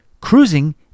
cruising